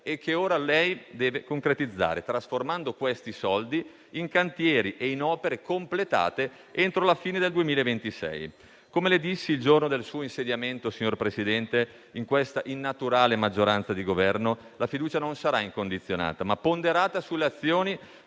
e che ora lei deve concretizzare, trasformando i soldi in cantieri e in opere completate entro la fine del 2026. Come le dissi il giorno del suo insediamento, signor Presidente, in questa innaturale maggioranza di Governo la fiducia sarà non incondizionata, ma ponderata sulle azioni